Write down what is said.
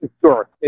Sure